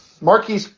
Marquis